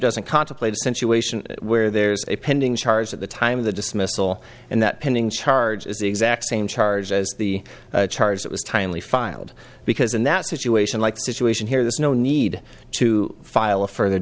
doesn't contemplate since you ation where there's a pending charge at the time of the dismissal and that pending charge is the exact same charge as the charge that was timely filed because in that situation like situation here there's no need to file a further